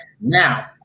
Now